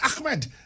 ahmed